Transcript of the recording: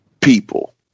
people